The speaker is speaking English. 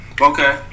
Okay